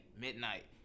Midnight